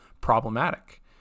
problematic